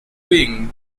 wing